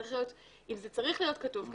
צריך להיות כתוב כאן,